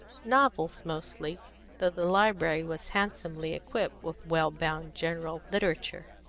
novels mostly, though the library was handsomely equipped with well-bound general literature.